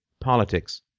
politics